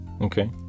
Okay